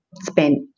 spent